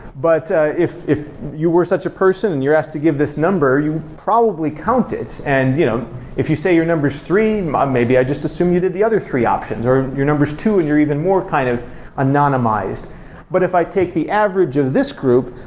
but if if you were such a person and you're asked to give this number, you probably count it. and you know if you say your number is three, um maybe i just assumed you did the other three options, or your number is two and you're even more kind of anonymized but if i take the average of this group,